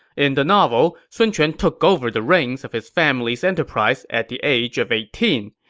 in the novel, sun quan took over the reins of his family's enterprise at the age of eighteen,